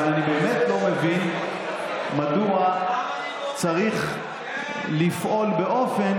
אבל אני באמת לא מבין מדוע צריך לפעול באופן